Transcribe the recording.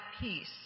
peace